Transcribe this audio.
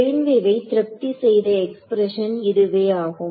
plane வேவை திருப்தி செய்த எக்ஸ்பிரஷன் இதுவே ஆகும்